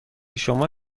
شما